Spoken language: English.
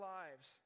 lives